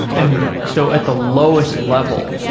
and so at the lowest level,